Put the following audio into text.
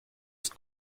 ist